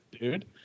Dude